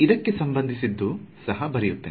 ಇದಕ್ಕೆ ಸಂಬಂಧಿಸಿದ್ದು ಸಹ ಬರೆಯುತ್ತೇನೆ